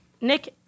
Nick